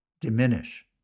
diminish